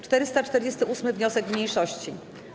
448. wniosek mniejszości.